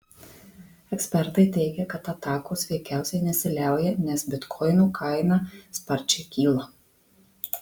ekspertai teigia kad atakos veikiausiai nesiliauja nes bitkoinų kaina sparčiai kyla